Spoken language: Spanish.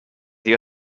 dió